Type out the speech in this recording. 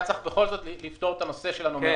היה צריך לפתור את הנושא של הנומרטור,